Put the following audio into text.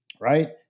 right